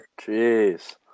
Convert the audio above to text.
jeez